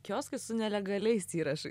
kioskai su nelegaliais įrašai